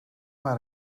maar